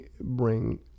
bring